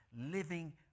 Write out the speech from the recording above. living